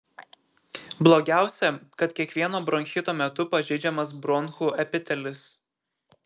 blogiausia kad kiekvieno bronchito metu pažeidžiamas bronchų epitelis